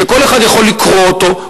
שכל אחד יכול לקרוא אותו,